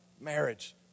marriage